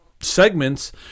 segments